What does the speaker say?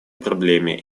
проблеме